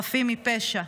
חפים מפשע,